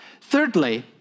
Thirdly